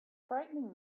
frightening